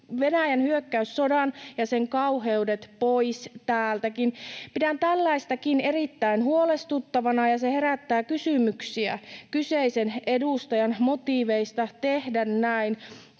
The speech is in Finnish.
Venäjän hyökkäyssodan ja sen kauheudet pois täältäkin. Pidän tällaistakin erittäin huolestuttavana, ja se herättää kysymyksiä kyseisen edustajan motiiveista tehdä näin.